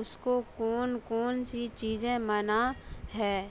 اس کو کون کون سی چیزیں منع ہے